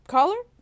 Caller